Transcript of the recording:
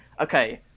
Okay